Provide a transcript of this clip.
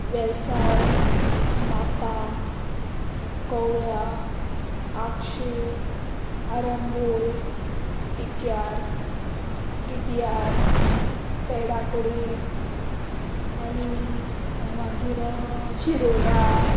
वेलसांव मापा कवळ्या आक्षी आरंबोल टिकयार तिटियार पेडा कडेन आनी मागीर शिरोड्या